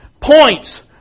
points